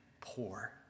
poor